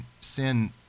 sin